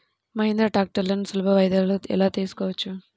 మహీంద్రా ట్రాక్టర్లను సులభ వాయిదాలలో ఎలా తీసుకోవచ్చు?